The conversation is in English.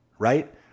Right